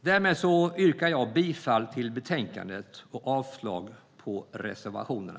Därmed yrkar jag bifall till utskottets förslag i betänkandet och avslag på reservationerna.